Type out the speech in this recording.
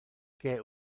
que